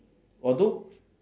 although